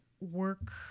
work